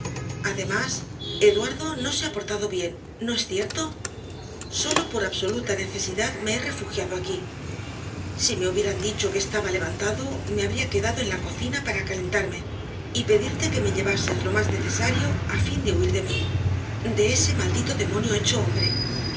además eduardo no se ha portado bien no es cierto sólo por absoluta necesidad me he refugiado aquí si me hubieran dicho que estaba levantado me habría quedado en la cocina para calentarme y pedirte que me llevases lo más necesario a fin de huir de mi de ese maldito demonio hecho hombre